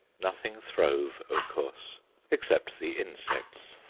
nothing throve, of course except the insects.